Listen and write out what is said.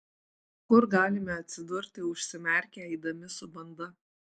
kur galime atsidurti užsimerkę eidami su banda